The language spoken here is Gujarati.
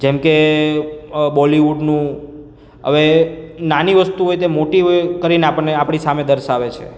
જેમ કે બોલીવુડનું આવે નાની વસ્તુ હોય તે મોટી કરીને આપણને આપણી સામે દર્શાવે છે